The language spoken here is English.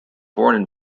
foreign